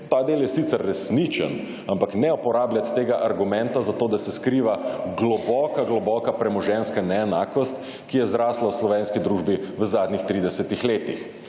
Ta del je sicer resničen, ampak ne uporabljati tega argumenta zato, da se skriva globoka, globoka premoženjska neenakost, ki je zrasla v slovenski družbi v zadnjih 30. letih